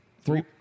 Three